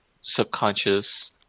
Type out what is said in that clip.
subconscious